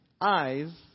eyes